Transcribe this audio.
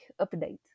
update